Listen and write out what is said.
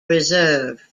reserved